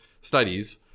studies